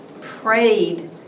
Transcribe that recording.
prayed